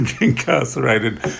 incarcerated